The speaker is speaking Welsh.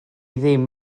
ddim